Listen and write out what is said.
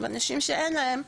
ואנשים שאין להם,